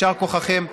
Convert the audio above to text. יישר כוחכם.